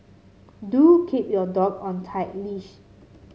do keep your dog on a tight leash